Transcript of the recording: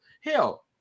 Hell